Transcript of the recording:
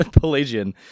Pelagian